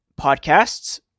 podcasts